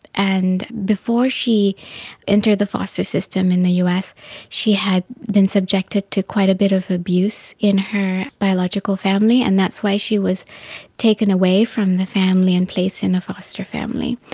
and before she entered the foster system in the us she had been subjected to quite a bit of abuse in her biological family, and that's why she was taken away from the family and placed in a foster family.